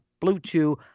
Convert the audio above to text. Bluetooth